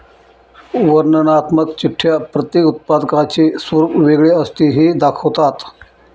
वर्णनात्मक चिठ्ठ्या प्रत्येक उत्पादकाचे स्वरूप वेगळे असते हे दाखवतात